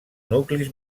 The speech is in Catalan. nuclis